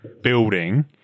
building